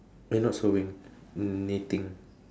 eh not sowing knitting